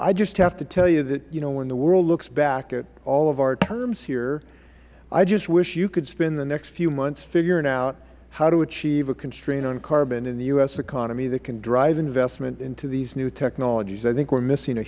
i just have to tell you that when the world looks back at all of our terms here i just wish you could spend the next few months figuring out how to achieve a constraint on carbon in the u s economy that can drive investment into these new technologies i think we are missing a